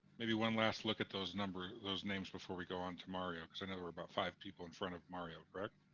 maybe one last look at those number those names before we go on to mario, because i know there were about five people in front of mario, correct?